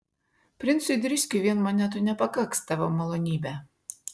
princui driskiui vien monetų nepakaks tavo malonybe